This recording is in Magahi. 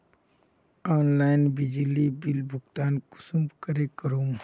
ऑनलाइन बिजली बिल भुगतान कुंसम करे करूम?